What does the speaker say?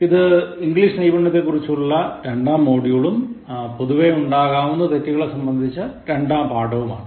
ഇത് ഇംഗ്ലീഷ് നൈപുണ്യത്തെക്കുറിച്ചുള്ള രണ്ടാം മോഡ്യൂളും പൊതുവെ ഉണ്ടാകാവുന്ന തെറ്റുകളെ സംബന്ധിച്ച രണ്ടാം പാഠവുമാണ്